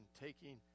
taking